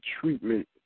treatment